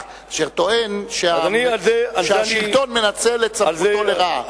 שטוען שהשלטון מנצל את סמכותו לרעה.